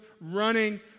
running